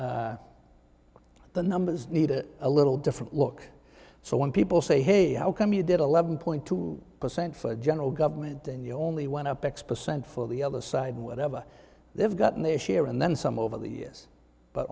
numbers the numbers needed a little different look so when people say hey how come you did a lemon point two percent for general government then you only went up x percent for the other side whatever they have gotten their share and then some over the years but